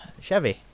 Chevy